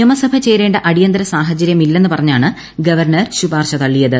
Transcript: നിയമസഭ ചേരേണ്ട അടിയന്തര സാഹചര്യമില്ലെന്ന് പറഞ്ഞാണ് ഗവർണർ ശുപാർശ തള്ളിയത്